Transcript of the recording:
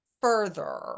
further